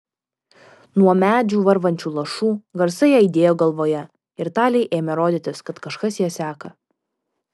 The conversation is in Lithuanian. nuo medžių varvančių lašų garsai aidėjo galvoje ir talei ėmė rodytis kad kažkas ją seka